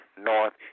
North